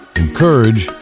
encourage